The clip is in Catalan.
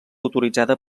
autoritzada